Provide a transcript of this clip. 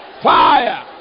Fire